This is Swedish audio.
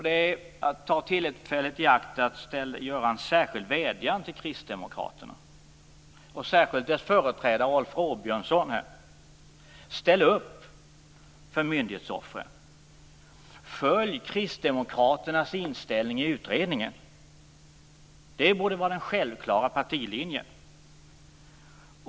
Det är att ta tillfället i akt att göra en särskild vädjan till kristdemokraterna, och särskilt dess företrädare Rolf Åbjörnsson: Ställ upp för myndighetsoffren! Följ kristdemokraternas inställning i utredningen! Det borde vara den självklara partilinjen.